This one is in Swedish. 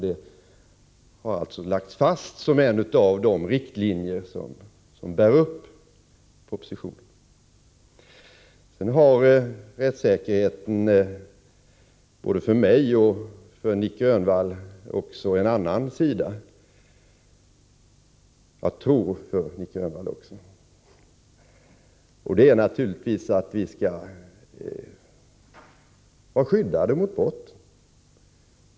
Detta har lagts fast såsom en av de riktlinjer som bär upp propositionen. Rättssäkerheten har både för mig och för Nic Grönvall även en annan sida. Vi skall naturligtvis vara skyddade mot brott.